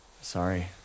Sorry